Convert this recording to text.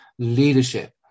leadership